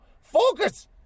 Focus